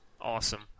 awesome